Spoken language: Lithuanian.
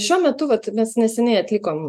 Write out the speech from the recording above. šiuo metu vat mes neseniai atlikom